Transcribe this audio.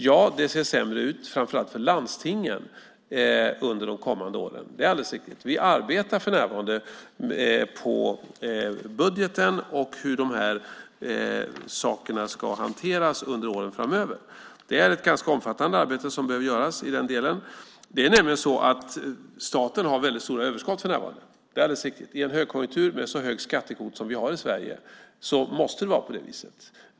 Ja, det ser sämre ut för framför allt landstingen under de kommande åren, det är alldeles riktigt. Vi arbetar för närvarande med budgeten och hur de här sakerna ska hanteras under åren framöver. Det är ett ganska omfattande arbete som behöver göras i den delen. Staten har väldigt stora överskott för närvarande, det är alldeles riktigt. I en högkonjunktur med en så hög skattekvot som vi har i Sverige måste det vara på det viset.